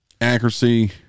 accuracy